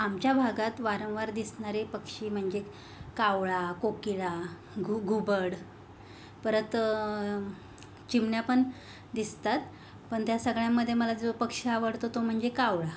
आमच्या भागात वारंवार दिसणारे पक्षी म्हणजे कावळा कोकिळा घु घुबड परत चिमण्या पण दिसतात पण त्या सगळ्यामध्ये मला जो पक्षी आवडतो तो म्हणजे कावळा